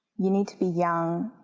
you need to be young,